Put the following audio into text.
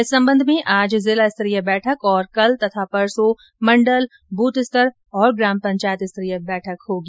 इस संबंध में आज जिलास्तरीय बैठक और कल तथा परसों मण्डल बूथ स्तर तथा ग्राम पंचायत स्तरीय बैठक होगी